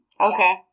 Okay